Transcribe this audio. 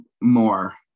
more